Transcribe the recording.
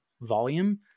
volume